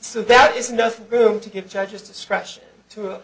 so that is nothing room to give judge's discretion to